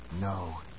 No